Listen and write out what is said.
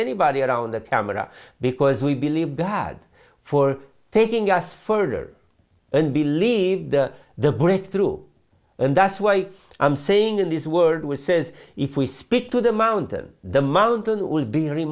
anybody around the camera because we believe god for taking us further and believe the breakthrough and that's why i'm saying in this world was says if we speak to the mountain the mountain will be